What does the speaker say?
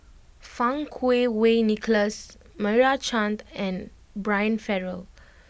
Fang Kuo Wei Nicholas Meira Chand and Brian Farrell